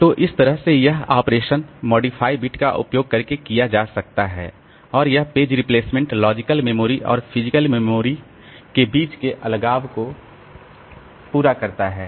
तो इस तरह से यह ऑपरेशन मॉडिफाइड बिट का उपयोग करके किया जा सकता है और यह पेज रिप्लेसमेंट लॉजिकल मेमोरी और फिजिकल मेमोरी के बीच के अलगाव को पूरा करता है